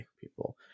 people